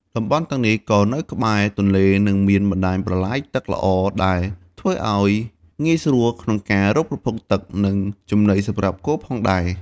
តំបន់ទាំងនេះក៏នៅក្បែរទន្លេ និងមានបណ្តាញប្រឡាយទឹកល្អ ដែលធ្វើឲ្យងាយស្រួលក្នុងការរកប្រភពទឹក និងចំណីសម្រាប់គោផងដែរ។